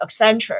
Accenture